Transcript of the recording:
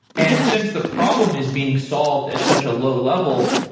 and since the problem is being solved at such a low level,